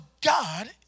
God